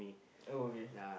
oh okay